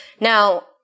now